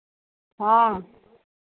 हाँ